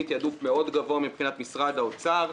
תעדוף גבוה מאוד מבחינת משרד האוצר.